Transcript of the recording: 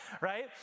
right